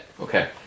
Okay